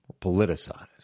politicized